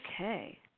Okay